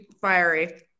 fiery